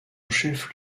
chef